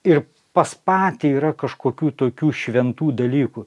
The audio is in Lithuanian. ir pas patį yra kažkokių tokių šventų dalykų